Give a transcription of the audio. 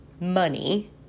money